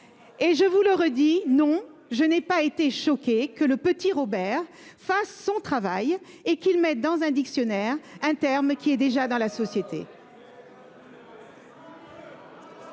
je vous le redis : non, je n'ai pas été choquée que le Petit Robert fasse son travail et fasse figurer dans un dictionnaire un terme qui est déjà utilisé dans la société.